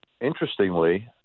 interestingly